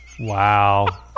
Wow